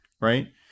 right